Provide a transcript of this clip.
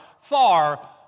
far